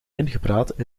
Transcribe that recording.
ingepraat